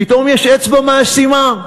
פתאום יש אצבע מאשימה,